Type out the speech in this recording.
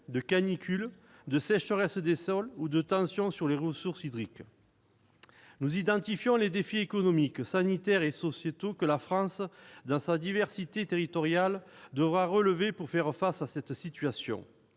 de canicule, de sécheresse des sols ou de tensions sur les ressources hydriques. Nous identifions les défis économiques, sanitaires et sociétaux que la France, dans sa diversité territoriale, devra relever pour faire face à cette situation.